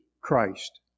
Christ